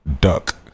duck